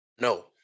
no